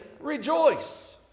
rejoice